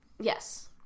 Yes